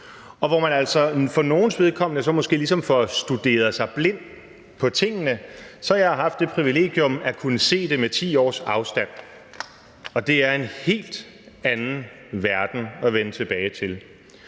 Hvor man altså for nogens vedkommende måske ligesom får studeret sig blind på tingene, har jeg haft det privilegium at kunne se det med 10 års afstand, og det er en helt anden verden at vende tilbage til.